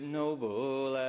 noble